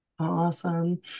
Awesome